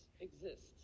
exists